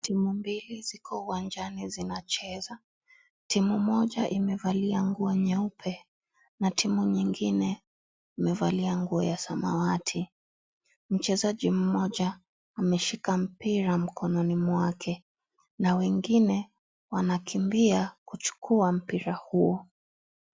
Timu mbili ziko uwanjani zinacheza, timu moja imevalia nguo nyeupe na timu yingine imevalia nguo ya zamawati, mchezaji mmoja ameshika mpira mkononi mwake na wengine wanakimbia kuchukua mpira huo.